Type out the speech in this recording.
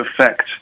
effect